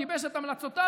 גיבש את המלצותיו,